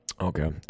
Okay